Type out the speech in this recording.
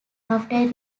after